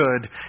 good